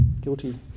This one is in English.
Guilty